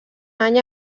any